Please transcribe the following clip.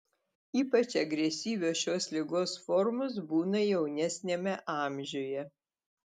ypač agresyvios šios ligos formos būna jaunesniame amžiuje